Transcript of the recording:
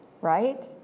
Right